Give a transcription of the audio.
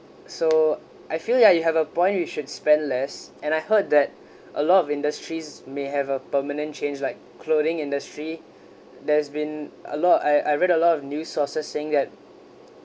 so I feel ya you have a point you should spend less and I heard that a lot of industries may have a permanent change like clothing industry there's been a lot of I I read a lot of new sources saying that